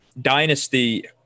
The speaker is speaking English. dynasty